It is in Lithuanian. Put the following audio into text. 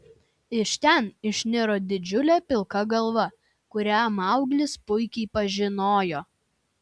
iš ten išniro didžiulė pilka galva kurią mauglis puikiai pažinojo